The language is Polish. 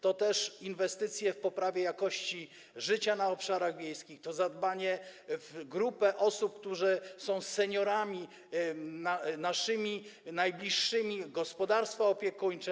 To też inwestycje w poprawę jakości życia na obszarach wiejskich, to zadbanie o grupę osób, które są seniorami, naszymi najbliższymi, np. gospodarstwa opiekuńcze.